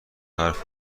حرف